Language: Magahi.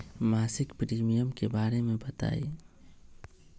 मासिक प्रीमियम के बारे मे बताई?